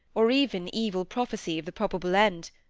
or even evil prophecy of the probable end,